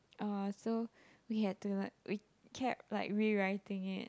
uh so we had to like we kept like rewriting it